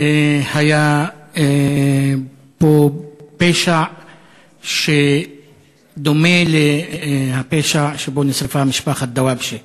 היה בו פשע שדומה לפשע שבו נשרפה משפחת דוואבשה.